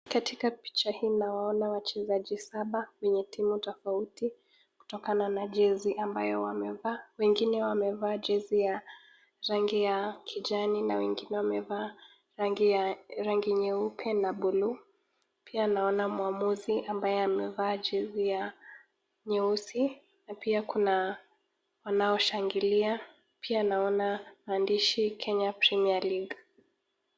Katika picha hii nawaona wachezaji saba wenye timu tofauti kutokana na jezi ambayo wamevaa , wengine wamevaa jezi ya rangi ya kijani na wengine wamevaa rangi nyeupe na blue pia naona muamuzi ambaye amevaa jezi ya nyeusi ,pia kuna wanaoshangilia pia naona andishi ,Kenya Premier League.